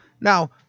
Now